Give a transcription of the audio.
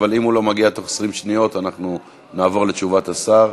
אבל אם הוא לא מגיע בתוך 20 שניות אנחנו נעבור לתשובת השר.